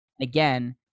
Again